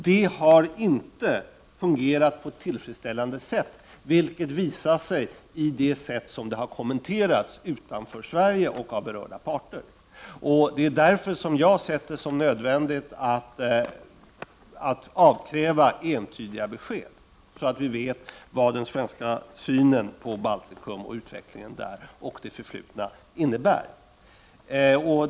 Det har inte fungerat på ett tillfredsställande sätt, vilket visat sig i det sätt på vilket det har kommenterats utanför Sverige och av berörda parter. Det är därför som jag har sett det som nödvändigt att avkräva entydiga besked, så att vi vet vad den svenska synen på Baltikum, det förflutna och utvecklingen där innebär.